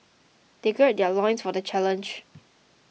they gird their loins for the challenge